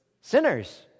sinners